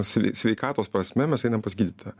svei sveikatos prasme mes einam pas gydytoją